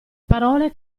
parole